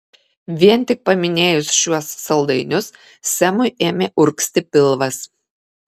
vien tik paminėjus šiuos saldainius semui ėmė urgzti pilvas